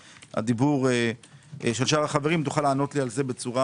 הדיבור של שאר החברים תענה לי על זה בצורה